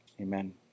Amen